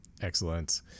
Excellent